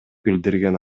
билдирген